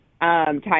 time